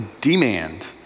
demand